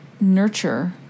nurture